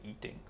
eating